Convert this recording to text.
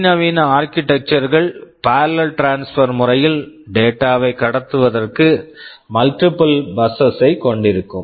அதிநவீன architecture architectures -கள் parallel transfer parallel transfer முறையில் டேட்டா data வை கடத்துவதற்கு மல்ட்டிபிள் பஸ்ஸஸ் multiple buses ஐ கொண்டிருக்கும்